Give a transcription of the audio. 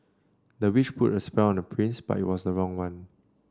the witch put a spell on the prince but it was the wrong one